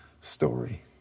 story